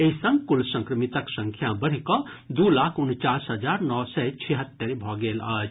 एहि संग कुल संक्रिमतक संख्या बढ़िकऽ दू लाख उनचास हजार नओ सय छिहत्तरि भऽ गेल अछि